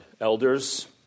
elders